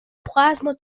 plasma